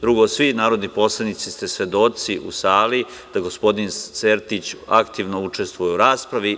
Drugo, svi narodni poslanici, ste svedoci u sali da gospodin Sertić aktivno učestvuje u raspravi.